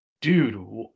dude